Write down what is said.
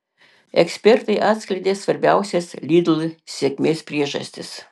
ekspertai atskleidė svarbiausias lidl sėkmės priežastis